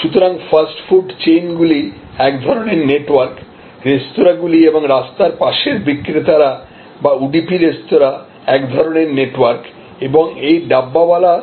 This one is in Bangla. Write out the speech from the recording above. সুতরাং ফাস্টফুড চেইনগুলি এক ধরণের নেটওয়ার্ক রেস্তোঁরাগুলি এবং রাস্তার পাশের বিক্রেতারা বা উডুপি রেস্তোঁরা এক ধরণের নেটওয়ার্ক এবং এই ডাব্বাওয়ালারা